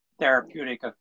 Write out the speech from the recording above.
therapeutic